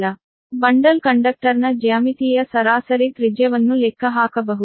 ಆದ್ದರಿಂದ ಬಂಡಲ್ ಕಂಡಕ್ಟರ್ನ ಜ್ಯಾಮಿತೀಯ ಸರಾಸರಿ ತ್ರಿಜ್ಯವನ್ನು ಲೆಕ್ಕಹಾಕಬಹುದು